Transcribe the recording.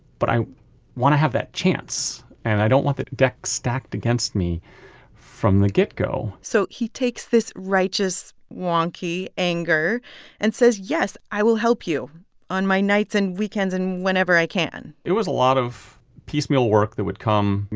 but i want to have that chance, and i don't want the deck stacked against me from the get-go so he takes this righteous, wonky anger and says, yes, i will help you on my nights and weekends and whenever i can it was a lot of piecemeal work that would come, you